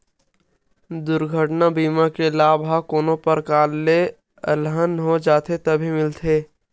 दुरघटना बीमा के लाभ ह कोनो परकार ले अलहन हो जाथे तभे मिलथे